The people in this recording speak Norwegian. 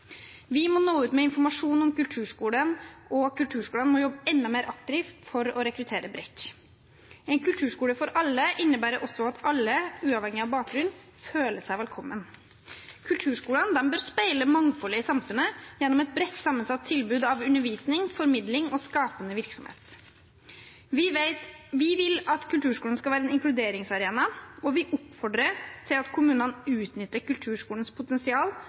Vi må nå ut med informasjon om kulturskolen, og kulturskolene må jobbe enda mer aktivt for å rekruttere bredt. En kulturskole for alle innebærer også at alle, uavhengig av bakgrunn, føler seg velkomne. Kulturskolen bør speile mangfoldet i samfunnet gjennom et bredt sammensatt tilbud av undervisning, formidling og skapende virksomhet. Vi vil at kulturskolen skal være en inkluderingsarena, og vi oppfordrer til at kommunene utnytter kulturskolens potensial